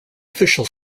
official